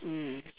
mm